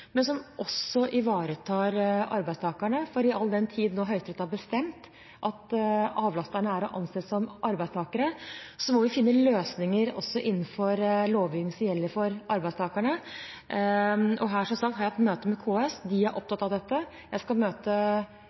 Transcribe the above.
men som også ivaretar arbeidstakerne, for all den tid Høyesterett nå har bestemt at avlasterne er å anse som arbeidstakere, må vi finne løsninger også innenfor lovgivning som gjelder for arbeidstakerne. Her har jeg som sagt hatt et møte med KS. De er opptatt av dette. Jeg skal møte